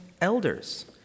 elders